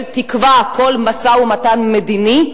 של תקווה לכל משא-ומתן מדיני,